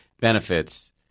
benefits